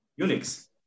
Unix